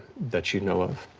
that you know of.